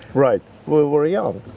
right, we were young.